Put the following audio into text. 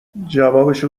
جوابشو